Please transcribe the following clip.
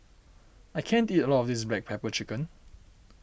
I can't eat all of this Black Pepper Chicken